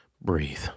Breathe